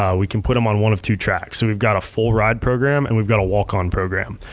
um we can put them on one of two tracks. we've got a full ride program and we've got a walk on program.